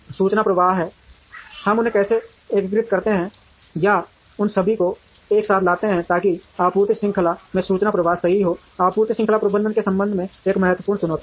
सूचना प्रवाह है हम उन्हें कैसे एकीकृत करते हैं या उन सभी को एक साथ लाते हैं ताकि आपूर्ति श्रृंखला में सूचना प्रवाह सही हो आपूर्ति श्रृंखला प्रबंधन के संबंध में एक महत्वपूर्ण चुनौती है